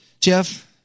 Jeff